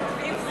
השרים,